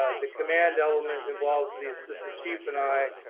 the command element involves the assistant chief and i,